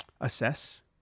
assess